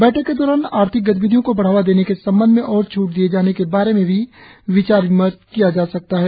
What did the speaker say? बैठक के दौरान आर्थिक गतिविधियों को बढाने के संबंध में और छूट दिए जाने के बारे में भी विचार विमर्श किया जा सकता है